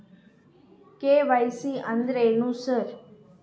KYC ಅಂದ್ರೇನು sir?